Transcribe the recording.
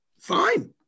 Fine